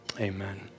Amen